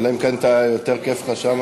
אלא אם כן יותר כיף לך שם.